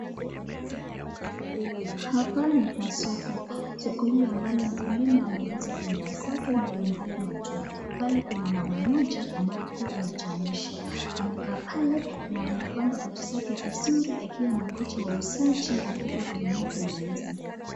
Hapa ni kwa soko. Soko hili ambalo mkulima ameleta bidhaa zake mbalimbali matunda. Pale kuna mama mmoja ambaye ku anatoanisha, amekaa pale na amepanga vitu zake vizuri akiwa anagonja wauzaji wakuje wakanunua bidhaa hizi.